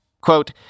Quote